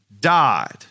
died